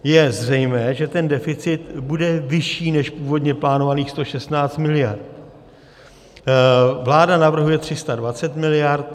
Je zřejmé, že ten deficit bude vyšší než původně plánovaných 116 mld. Vláda navrhuje 320 mld.